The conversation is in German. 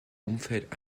umfeld